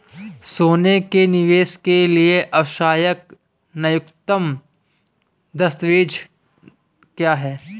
सोने में निवेश के लिए आवश्यक न्यूनतम दस्तावेज़ क्या हैं?